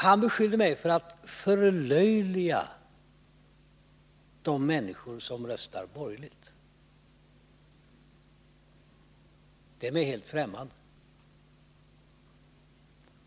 Han beskyllde mig för att förlöjliga de människor som röstar borgerligt. Det är mig helt främmande.